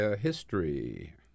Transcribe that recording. history